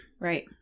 right